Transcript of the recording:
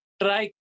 try